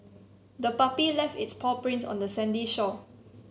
the puppy left its paw prints on the sandy shore